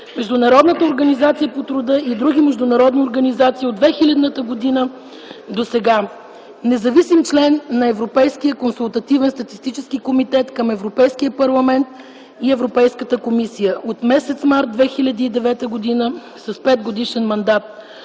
Международната организация по труда и други международни организации от 2000 г. досега. Независим член на Европейския консултативен статистически комитет към Европейския парламент и Европейската комисия от м. март 2009 г. с петгодишен мандат.